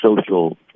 social